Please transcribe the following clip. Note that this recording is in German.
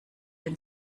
wenn